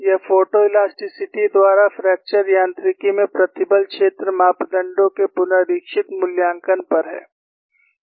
यह फोटोलेस्टिकिटी द्वारा फ्रैक्चर यांत्रिकी में प्रतिबल क्षेत्र मापदंडों के पुनरीक्षित मूल्यांकन पर है